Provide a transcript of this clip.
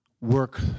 work